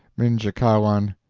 minjekahwan,